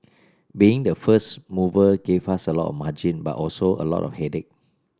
being the first mover gave us a lot of margin but also a lot of headache